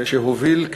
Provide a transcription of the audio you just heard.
שהוביל,